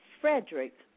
Frederick